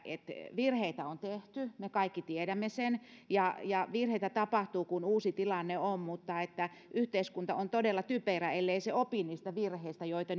virheitä on tehty me kaikki tiedämme sen ja ja virheitä tapahtuu kun on uusi tilanne mutta yhteiskunta on todella typerä ellei se opi niistä virheistä joita